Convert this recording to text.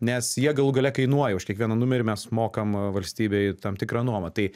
nes jie galų gale kainuoja už kiekvieną numerį mes mokam valstybei tam tikrą nuomą tai